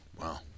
Wow